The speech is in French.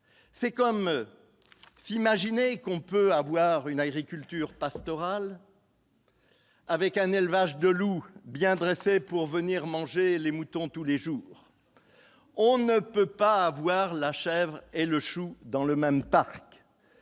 c'est comme s'imaginer qu'on peut avoir une agriculture pastorale. Avec un élevage de loup bien dressés pour venir manger les moutons, tous les jours, on ne peut pas avoir la chèvre et le chou, dans le même parc